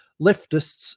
Leftists